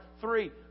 Three